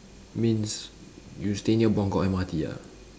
means you stay near Buangkok M_R_T ah